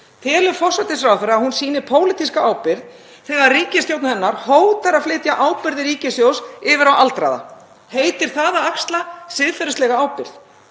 Telur forsætisráðherra að hún sýni pólitíska ábyrgð þegar ríkisstjórn hennar hótar að flytja ábyrgð ríkissjóðs yfir á aldraða? Heitir það að axla siðferðilega ábyrgð